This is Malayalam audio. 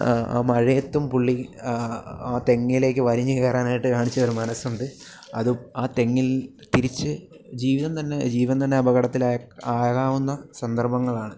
ആ മഴയത്തും പുള്ളി ആ തെങ്ങിലേക്ക് വലിഞ്ഞ് കയറാനായിട്ട് കാണിച്ച ഒരു മനസ്സുണ്ട് അതും ആ തെങ്ങിൽ തിരിച്ച് ജീവിതം തന്നെ ജീവൻ തന്നെ അപകടത്തിൽ ആകാവുന്ന സന്ദർഭങ്ങളാണ്